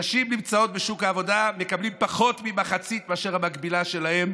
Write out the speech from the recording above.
נשים שנמצאות בשוק העבודה מקבלות פחות ממחצית מהמקבילה שלהן